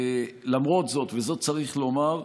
למרות זאת, וזאת צריך לומר,